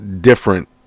different